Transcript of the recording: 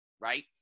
right